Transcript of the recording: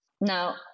Now